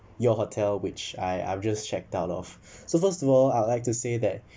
your hotel which I I am just checked out of so first of all I'd like to say that